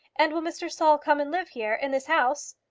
and will mr. saul come and live here, in this house?